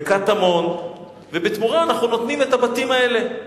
בקטמון, ובתמורה אנחנו נותנים את הבתים האלה.